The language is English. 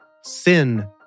sin